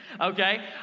okay